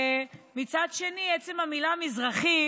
מצד שני, עצם המילה "מזרחים"